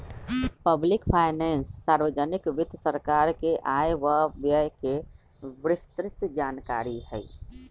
public finance सार्वजनिक वित्त सरकार के आय व व्यय के विस्तृतजानकारी हई